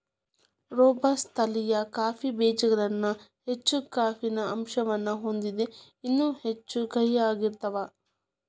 robusta ತಳಿಯ coffee ಬೇಜಗಳು ಹೆಚ್ಚ ಕೆಫೇನ್ ಅಂಶವನ್ನ ಹೊಂದಿದ್ದು ಇನ್ನೂ ಹೆಚ್ಚು ಕಹಿಯಾಗಿರ್ತಾವ